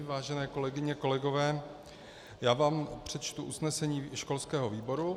Vážené kolegyně, kolegové, přečtu vám usnesení školského výboru.